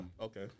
Okay